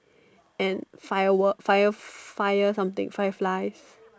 and firework fire fire something fireflies